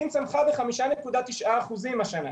סין צמחה ב-5.9% השנה.